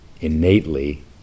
innately